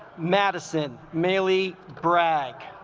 madison meili bragg